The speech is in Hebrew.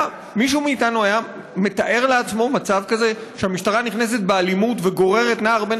מישהו מאיתנו היה מתאר לעצמו מצב כזה שמשטרה נכנסת באלימות וגוררת נער בן